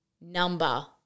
number